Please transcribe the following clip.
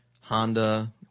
Honda